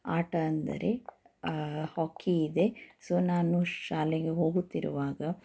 ಆಟ ಅಂದರೆ ಹಾಕಿ ಇದೆ ಸೋ ನಾನು ಶಾಲೆಗೆ ಹೋಗುತ್ತಿರುವಾಗ